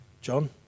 John